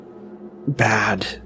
bad